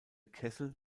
kessel